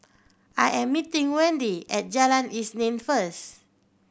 I am meeting Wende at Jalan Isnin first